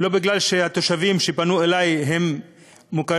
ולא כי האזרחים שפנו אלי הם מוכרים,